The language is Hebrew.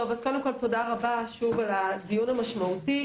תודה רבה על הדיון המשמעותי.